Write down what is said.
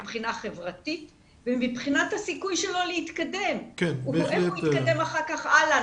מבחינה חברתית ומבחינת הסיכוי שלו להתקדם כי איך הוא יתקדם אחר כך הלאה?